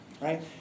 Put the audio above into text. right